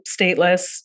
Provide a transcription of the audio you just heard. stateless